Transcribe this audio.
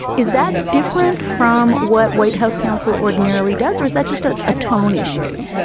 is that different from what white house counsel ordinarily does, or is that just ah a tone issue?